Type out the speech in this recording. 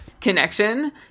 connection